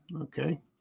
Okay